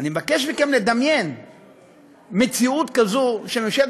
אני מבקש מכם לדמיין מציאות כזאת שממשלת